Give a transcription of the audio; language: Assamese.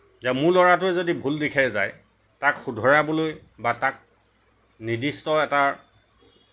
যে মোৰ ল'ৰাটোৱে যদি ভুল পথেৰে যায় তাক শুধৰাবলৈ বা তাক নিৰ্দিষ্ট এটা